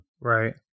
Right